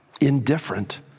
indifferent